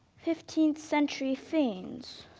fifteenth century fiends.